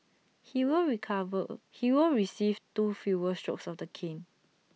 he will recover A he will receive two fewer strokes of the cane